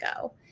go